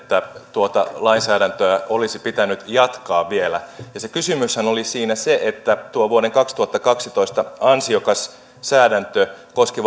tuota lainsäädäntöä olisi pitänyt jatkaa vielä ja se kysymyshän oli siinä se että tuo vuoden kaksituhattakaksitoista ansiokas säädäntö koski